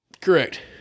Correct